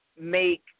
make